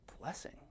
blessing